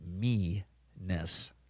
me-ness